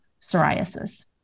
psoriasis